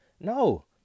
No